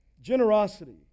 Generosity